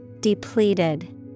Depleted